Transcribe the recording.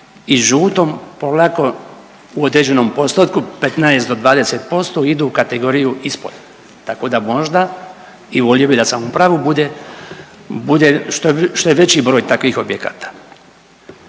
i žutom polako u određenom postotku 15 do 20% idu u kategoriju ispod. Tako da možda i volio bih da sam u pravu, bude, bude što je veći broj takvih objekata.